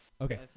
Okay